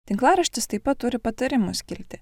tinklaraštis taip pat turi patarimų skiltį